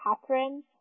Catherine